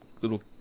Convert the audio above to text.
little